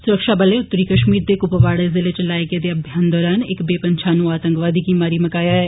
सुरक्षा बलें उत्तरी कश्मीर दे कुपवाड़ा जिले च चलाए गेदे अभियान दरान इक बेपंछानू आतंकवादी गी मारी मकाया ऐ